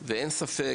ואין ספק,